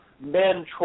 men